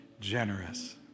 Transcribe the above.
generous